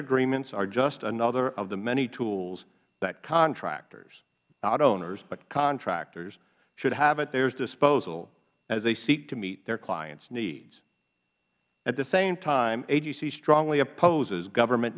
agreements are just another of the many tools that contractorsh not owners but contractors should have at their disposal as they seek to meet their clients needs at the same time agc strongly opposes government